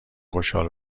خشحال